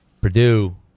Purdue